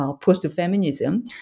post-feminism